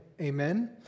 amen